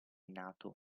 nato